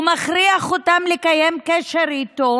הוא מכריח אותם לקיים איתו